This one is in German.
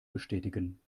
bestätigen